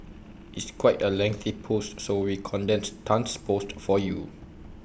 it's quite A lengthy post so we condensed Tan's post for you